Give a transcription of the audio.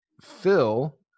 Phil